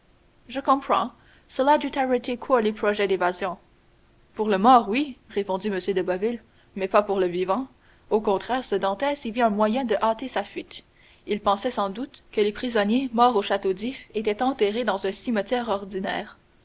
je comprends cela dut arrêter court les projets d'évasion pour le mort oui répondit m de boville mais pas pour le vivant au contraire ce dantès y vit un moyen de hâter sa fuite il pensait sans doute que les prisonniers morts au château d'if étaient enterrés dans un cimetière ordinaire